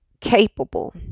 capable